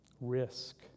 Risk